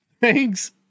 Thanks